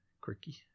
quirky